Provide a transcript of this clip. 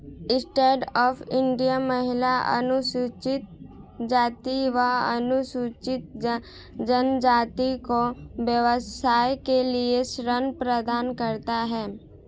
stand up India महिला, अनुसूचित जाति व अनुसूचित जनजाति को व्यवसाय के लिए ऋण प्रदान करता है